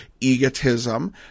egotism